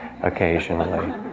occasionally